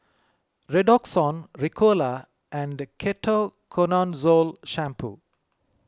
Redoxon Ricola and Ketoconazole Shampoo